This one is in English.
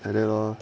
and then lor